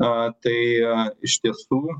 a tai iš tiesų